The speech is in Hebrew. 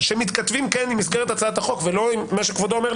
שמתכתבים עם מסגרת הצעת החוק ולא עם מה שכבודו אומר,